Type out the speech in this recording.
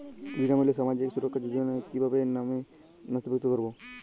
বিনামূল্যে সামাজিক সুরক্ষা যোজনায় কিভাবে নামে নথিভুক্ত করবো?